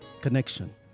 connection